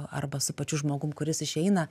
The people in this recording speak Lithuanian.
arba su pačiu žmogum kuris išeina